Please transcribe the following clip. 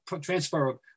transfer